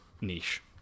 niche